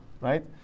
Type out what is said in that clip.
right